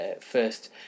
first